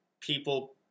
people